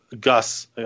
Gus